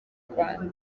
rwanda